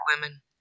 women